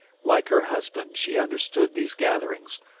like her husband, she understood these gatherings,